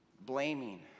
blaming